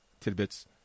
tidbits